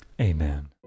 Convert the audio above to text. Amen